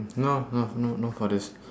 no no no not for this